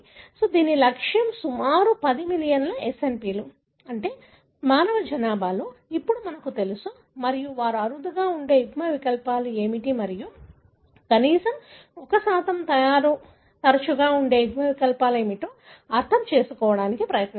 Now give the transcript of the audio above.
కాబట్టి లక్ష్యం సుమారు 10 మిలియన్ SNP లు మీకు తెలుసా మానవ జనాభాలో ఇప్పుడు మనకు తెలుసు మరియు వారు అరుదుగా ఉండే యుగ్మ వికల్పాలు ఏమిటి మరియు కనీసం 1 తరచుగా ఉండే యుగ్మవికల్పాలు ఏమిటో అర్థం చేసుకోవడానికి ప్రయత్నించారు